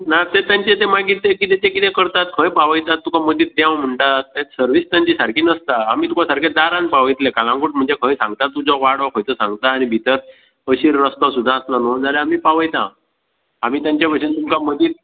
ना तें तांचें तें मागीर तें कितेचें कितें करतात खंय पावयतात तुका मदींच देंव म्हणटात सर्वीस तांची सारकी नासता आमी तुका सारकें दारान पावयतले कालांगूट म्हणजे खंय सांगता तूं जो वाडो खंयचो सांगता आनी भितर अशीर रस्तो सुद्दां आसलो न्हय जाल्यार आमी पावयता आमी तांच्या भशेन तुमकां मदींच